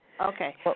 Okay